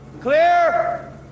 Clear